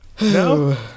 No